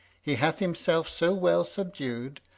he hath himself so well subdued,